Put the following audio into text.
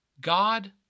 God